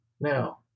Now